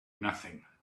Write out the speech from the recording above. nothing